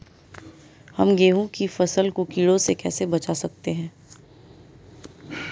हम गेहूँ की फसल को कीड़ों से कैसे बचा सकते हैं?